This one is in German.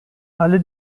alle